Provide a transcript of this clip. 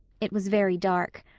it was very dark.